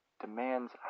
demands